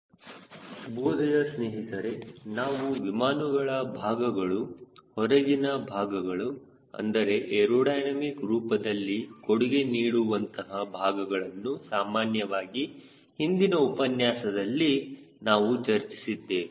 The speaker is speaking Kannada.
ಶುಭೋದಯ ಸ್ನೇಹಿತರೆ ನಾವು ವಿಮಾನಗಳ ಭಾಗಗಳು ಹೊರಗಿನ ಭಾಗಗಳ ಅಂದರೆ ಏರೋಡೈನಮಿಕ್ ರೂಪದಲ್ಲಿ ಕೊಡುಗೆ ನೀಡುವಂತಹ ಭಾಗಗಳನ್ನು ಸಾಮಾನ್ಯವಾಗಿ ಹಿಂದಿನ ಉಪನ್ಯಾಸದಲ್ಲಿ ನಾವು ಚರ್ಚಿಸಿದ್ದೇವೆ